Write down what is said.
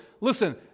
Listen